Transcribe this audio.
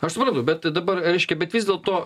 aš suprantu bet dabar reiškia bet vis dėlto